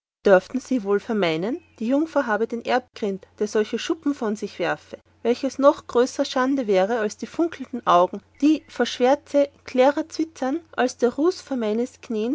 dörften sie wohl vermeinen die jungfer habe den erbgrind der solche schuppen von sich werfe welches noch größer schade wäre vor die funklende augen die von schwärze klärer zwitzern als der ruß vor meines